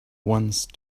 once